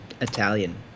italian